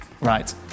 Right